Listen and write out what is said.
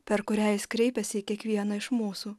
per kurią jis kreipiasi į kiekvieną iš mūsų